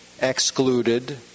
excluded